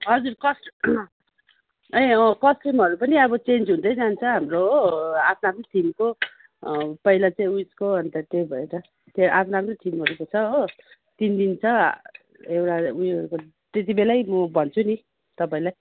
हजुर कस ए कसट्युमहरू पनि अब चेन्ज हुँदै जान्छ हाम्रो हो आफ्नो आफ्नो थिमको पहिला चाहिँ उयोसको अन्त त्यही भएर त्यही आफ्नो आफ्नो थिमहरूको छ हो तिन दिन छ एउटा उयो त्यति बेलै म भन्छु नि तपाईँलाई